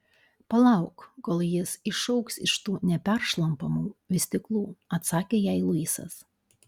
palauk kol jis išaugs iš tų neperšlampamų vystyklų atsakė jai luisas